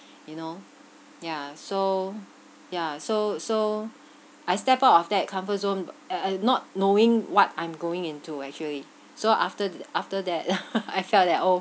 you know ya so ya so so I step out of that comfort zone and and not knowing what I'm going into actually so after th~ after that I felt that oh